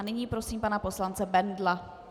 Nyní prosím pana poslance Bendla.